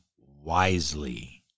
wisely